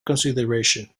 consideration